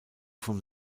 vom